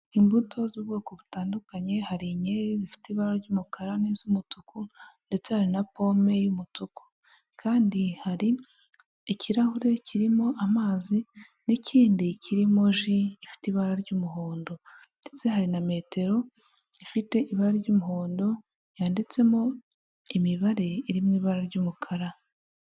Imbuto z'ubwoko butandukanye, hari inkeri zifite ibara ry'umukara n'iz'umutuku ndetse hari na pome y'umutuku. Kandi hari ikirahure kirimo amazi n'ikindi kirimo ji ifite ibara ry'umuhondo ndetse hari na metero ifite ibara ry'umuhondo, yanditsemo imibare iri mu ibara ry'umukara.